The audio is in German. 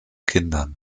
kindern